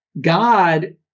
God